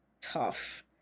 tough